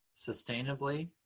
sustainably